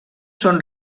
són